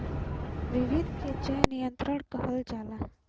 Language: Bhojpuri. विधि के जैव नियंत्रण कहल जाला